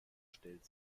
stellt